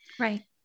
Right